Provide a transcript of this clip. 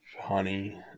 honey